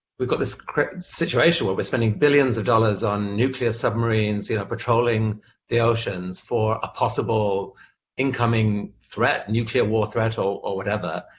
we've got this and situation where we're spending billions of dollars on nuclear submarines you know patrolling the oceans for a possible incoming threat, nuclear war threat or or whatever,